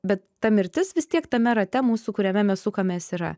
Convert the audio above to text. bet ta mirtis vis tiek tame rate mūsų kuriame mes sukamės yra